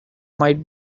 might